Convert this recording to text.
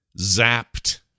Zapped